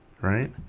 right